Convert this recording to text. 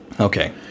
okay